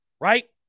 right